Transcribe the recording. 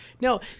No